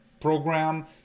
program